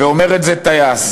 ואומר את זה טייס.